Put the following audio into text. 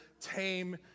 tame